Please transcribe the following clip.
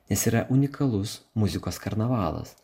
nes yra unikalus muzikos karnavalas